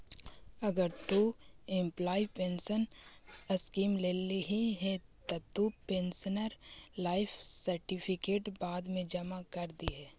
अगर तु employee pension scheme लेल्ही हे त तु पेंशनर लाइफ सर्टिफिकेट बाद मे जमा कर दिहें